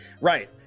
Right